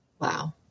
Wow